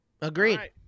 Agreed